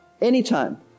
Anytime